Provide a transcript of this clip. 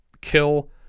kill